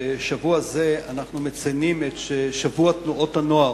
בשבוע זה אנחנו מציינים את שבוע תנועות הנוער,